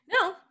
No